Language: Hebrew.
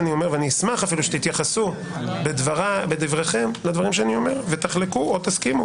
ואשמח שתתייחסו בדבריכם לדברים שאני אומר תחלקו או תסכימו,